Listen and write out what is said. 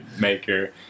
maker